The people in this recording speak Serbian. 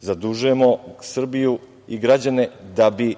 Zadužujemo Srbiju i građane da bi